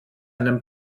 einen